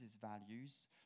values